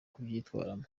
kubyitwaramo